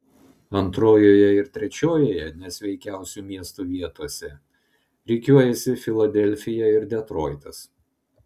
antrojoje ir trečiojoje nesveikiausių miestų vietose rikiuojasi filadelfija ir detroitas